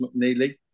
McNeely